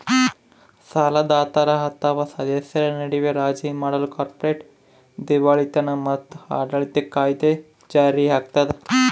ಸಾಲದಾತರ ಅಥವಾ ಸದಸ್ಯರ ನಡುವೆ ರಾಜಿ ಮಾಡಲು ಕಾರ್ಪೊರೇಟ್ ದಿವಾಳಿತನ ಮತ್ತು ಆಡಳಿತ ಕಾಯಿದೆ ಜಾರಿಯಾಗ್ತದ